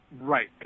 Right